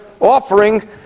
offering